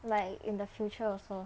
like in the future also